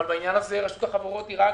אבל בעניין הזה רשות החברות היא רק